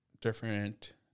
different